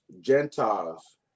Gentiles